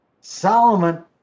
Solomon